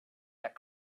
that